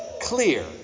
clear